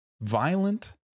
violent